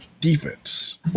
defense